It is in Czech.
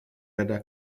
rada